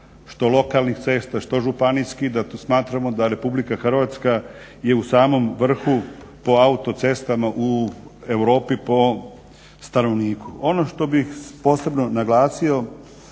što lokalnih cesta, što županijskih i da smatramo da RH je u samom vrhu po autocestama u Europi po stanovniku. Ono što bih posebno naglasio